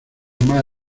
más